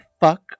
fuck